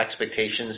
expectations